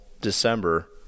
December